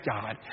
God